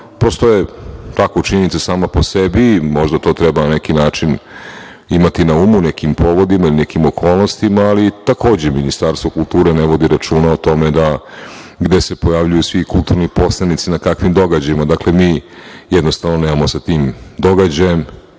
postoje tako činjenice same po sebi, možda to treba na neki način imati na umu, nekim povodima, ili nekim okolnostima, ali takođe Ministarstvo kulture ne vodi računa o tome gde se pojavljuju svi kulturni poslanici na kakvim događajima. Dakle, mi jednostavno nemamo sa tim događajem